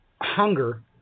hunger